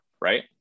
right